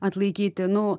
atlaikyti nu